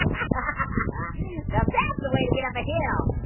ah now that's the way to get up a hill.